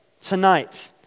tonight